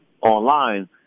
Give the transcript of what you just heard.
online